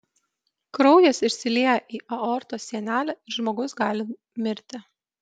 kraujas išsilieja į aortos sienelę ir žmogus gali mirti